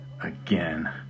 Again